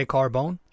Carbone